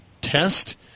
test